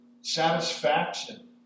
satisfaction